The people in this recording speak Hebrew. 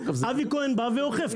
אבי כהן בא ואוכף,